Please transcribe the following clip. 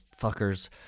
fuckers